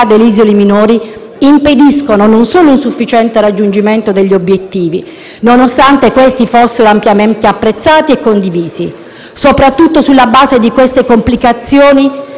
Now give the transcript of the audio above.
delle isole minori impediscono un sufficiente raggiungimento degli obiettivi, nonostante questi fossero ampiamente apprezzati e condivisi. Soprattutto sulla base di queste complicazioni,